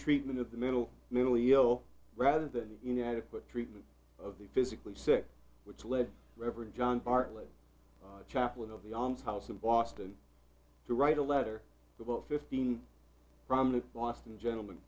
treatment of the mental mentally ill rather than the inadequate treatment of the physically sick which led reverend john bartlett the chaplain of the on house in boston to write a letter about fifteen prominent boston gentlem